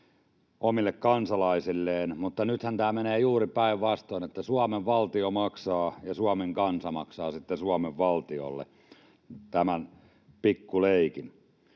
omille kansalaisilleen, mutta nythän tämä menee juuri päinvastoin: Suomen valtio maksaa, ja Suomen kansa maksaa sitten Suomen valtiolle tämän pikku leikin.